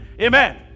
amen